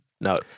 No